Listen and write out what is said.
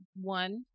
One